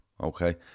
okay